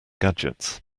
gadgets